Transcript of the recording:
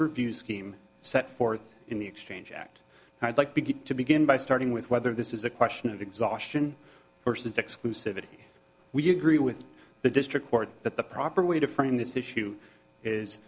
preview scheme set forth in the exchange act i'd like to get to begin by starting with whether this is a question of exhaustion versus exclusivity we agree with the district court that the proper way to frame this issue is